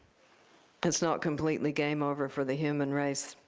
it's not completely game over for the human race,